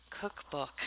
cookbook